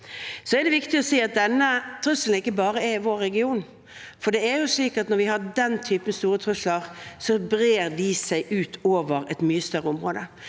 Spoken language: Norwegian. Det er viktig å si at denne trusselen ikke bare er i vår region, for det er slik at når vi har den typen store trusler, brer de seg ut over et mye større område.